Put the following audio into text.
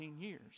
years